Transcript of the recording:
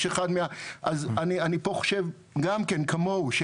אז אני חושב פה גם כן כמוהו,